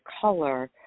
color